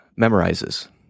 memorizes